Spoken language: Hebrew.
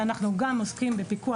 אנחנו גם עוסקים בפיקוח,